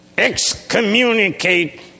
excommunicate